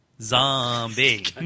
Zombie